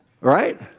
Right